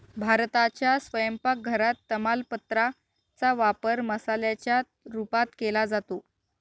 भारताच्या स्वयंपाक घरात तमालपत्रा चा वापर मसाल्याच्या रूपात केला जातो